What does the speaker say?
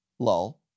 Lull